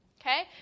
okay